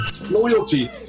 Loyalty